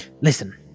Listen